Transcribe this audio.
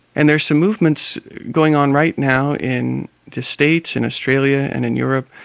and there are some movements going on right now in the states, in australia and in europe,